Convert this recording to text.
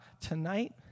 tonight